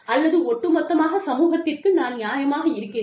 அல்லது ஒட்டுமொத்தமாக சமூகத்திற்கு நான் நியாயமாக இருக்கிறேன்